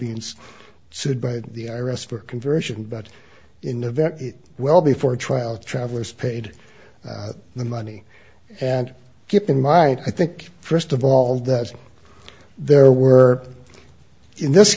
being sued by the i r s for conversion but in the event it well before trial travelers paid the money and keep in mind i think first of all that there were in this